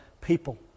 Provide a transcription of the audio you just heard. people